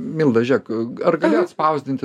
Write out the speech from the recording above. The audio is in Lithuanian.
milda žiūrėk ar gali atspausdinti